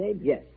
Yes